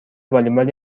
والیبال